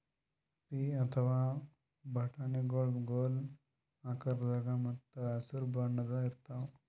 ಪೀ ಅಥವಾ ಬಟಾಣಿಗೊಳ್ ಗೋಲ್ ಆಕಾರದಾಗ ಮತ್ತ್ ಹಸರ್ ಬಣ್ಣದ್ ಇರ್ತಾವ